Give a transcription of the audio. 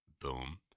boom